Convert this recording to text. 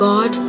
God